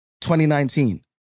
2019